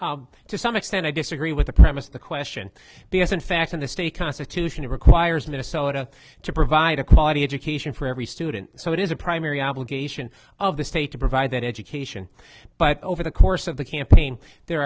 question to some extent i disagree with the premise of the question because in fact in the state constitution it requires minnesota to provide a quality education for every student so it is a primary obligation of the state to provide that education but over the course of the campaign there